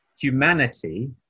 humanity